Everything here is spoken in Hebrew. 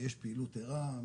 יש פעילות ערה.